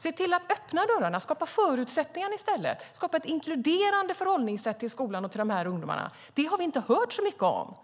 Se till att öppna dörrarna och skapa förutsättningar i stället! Skapa ett inkluderande förhållningssätt till skolan och till de här ungdomarna! Det har vi inte hört så mycket om.